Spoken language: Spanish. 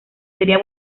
sería